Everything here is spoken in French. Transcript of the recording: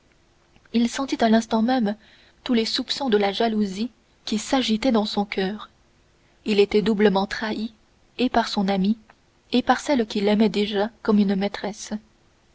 il sentit à l'instant même tous les soupçons de la jalousie qui s'agitaient dans son coeur il était doublement trahi et par son ami et par celle qu'il aimait déjà comme une maîtresse